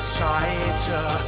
tighter